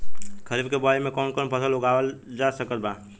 खरीब के बोआई मे कौन कौन फसल उगावाल जा सकत बा?